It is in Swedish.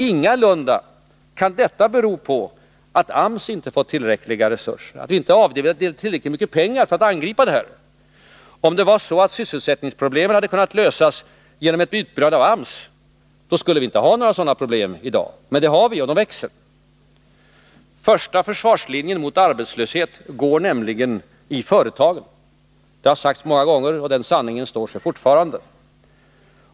Ingalunda kan detta bero på att AMS inte har fått tillräckliga resurser, att vi inte har anslagit tillräckligt mycket pengar för att angripa problemen. Om sysselsättningsproblemen hade kunnat lösas genom en utbyggnad av AMS, skulle vi inte ha haft några sådana problem i dag, men det har vi ju, och de växer. Första försvarslinjen mot arbetslöshet går nämligen i företagen. Detta har sagts många gånger, och den sanningen står sig fortfarande.